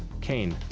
caine.